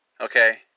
Okay